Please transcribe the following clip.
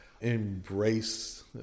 embrace